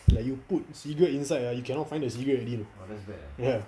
like you put cigarette inside ah you cannot find the cigarette already you know